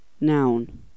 noun